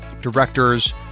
directors